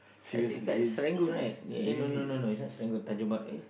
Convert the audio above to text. dekat dekat Serangoon right eh no no no no it's not Serangoon Tanjong-Pagar eh